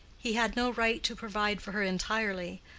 he had no right to provide for her entirely,